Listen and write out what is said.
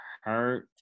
hurt